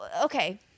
Okay